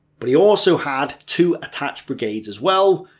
but he also had two attached brigades as well,